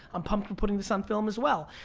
i'm putting putting this on film as well.